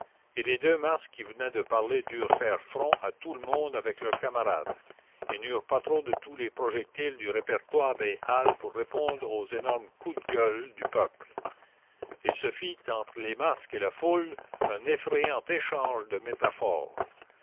et les deux masques qui venaient de parler durent faire front à tout le monde avec leurs camarades et n'eurent pas trop de tous les projectiles du répertoire des halles pour répondre aux énormes coups de gueule du peuple il se fit entre les masques et la foule un effrayant échange de métaphores